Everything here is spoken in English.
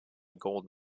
gold